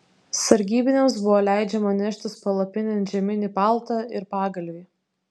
sargybiniams buvo leidžiama neštis palapinėn žieminį paltą ir pagalvį